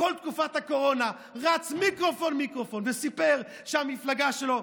בכל תקופת הקורונה הוא רץ מיקרופון-מיקרופון וסיפר שבמפלגה שלו,